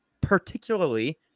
particularly –